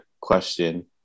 question